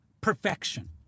perfection